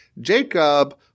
Jacob